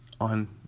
on